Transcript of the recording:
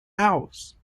house